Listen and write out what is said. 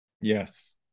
Yes